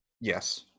yes